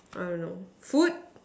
I don't know food